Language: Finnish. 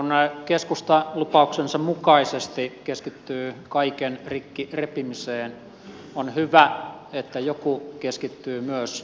kun keskusta lupauksensa mukaisesti keskittyy kaiken rikki repimiseen on hyvä että joku keskittyy myös rakentamiseen